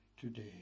today